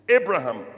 Abraham